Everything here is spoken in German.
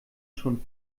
schon